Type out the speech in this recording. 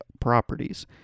properties